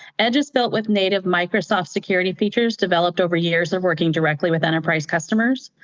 edge is built with native microsoft security features developed over years of working directly with enterprise customers.